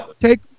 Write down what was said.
take